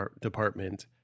department